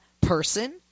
person